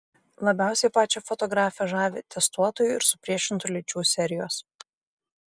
labiausiai pačią fotografę žavi testuotojų ir supriešintų lyčių serijos